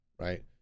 right